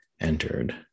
entered